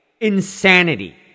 insanity